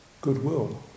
Goodwill